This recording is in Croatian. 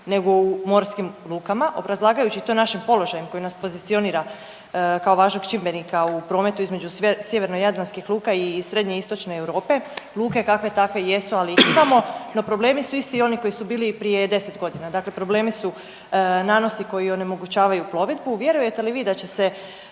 nego u morskim lukama“ obrazlagajući to našim položajem koji nas pozicionira kao važnog čimbenika u prometu između sjevernojadranskih luka i Srednje i Istočne Europe. Luke kakve takve jesu, ali ih imamo, no problemi su isti oni koji su bili i prije 10 godina, dakle problemi su nanosi koji onemogućavaju plovidbu. Vjerujete li vi da će se